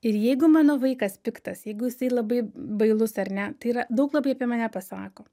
ir jeigu mano vaikas piktas jeigu jisai labai bailus ar ne tai yra daug labai apie mane pasako